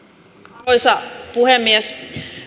arvoisa puhemies